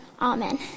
amen